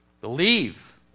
Believe